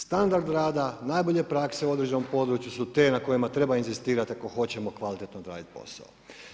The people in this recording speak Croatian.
Standard rada, najbolje prakse u određenom području su te na kojima treba inzistirati ako hoćemo kvalitetno odraditi posao.